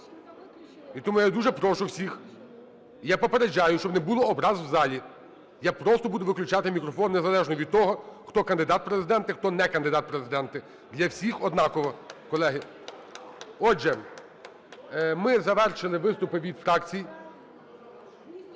І тому я дуже прошу всіх. Я попереджаю, щоб не було образ в залі. Я просто буду виключати мікрофон, незалежно від того, хто кандидат в Президенти, хто не кандидат в Президенти. Для всіх однаково, колеги. Отже, ми завершили виступи від фракцій.